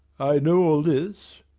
i know all this,